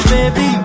Baby